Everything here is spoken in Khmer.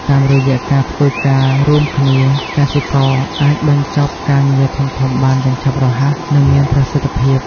តាមរយៈការធ្វើការរួមគ្នា កសិករអាចបញ្ចប់ការងារធំៗបានយ៉ាងឆាប់រហ័ស និងមានប្រសិទ្ធភាព។